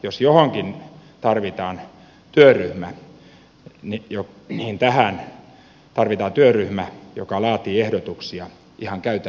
jos johonkin tarvitaan työryhmä niin tähän tarvitaan työryhmä joka laatii ehdotuksia ihan käytännön tasolle